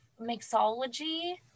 mixology